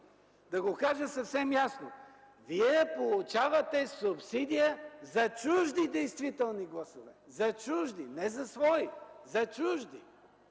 Да го кажа съвсем ясно: вие получавате субсидия за чужди действителни гласове! За чужди! Не за свои. За чужди!